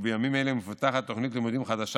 ובימים אלה מפותחת תוכנית לימודים חדשה